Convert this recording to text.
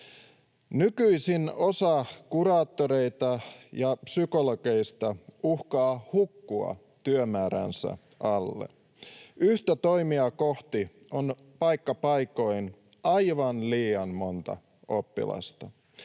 Nykyisin osa kuraattoreista ja psykologeista uhkaa hukkua työmääränsä alle. Yhtä toimijaa kohti on paikka paikoin aivan liian monta oppilasta.